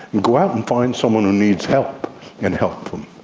go out and find someone who needs help and help them.